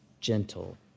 gentle